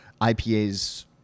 IPAs